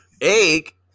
egg